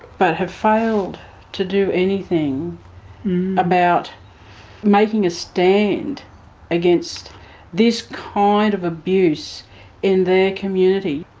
but have failed to do anything about making a stand against this kind of abuse in their community.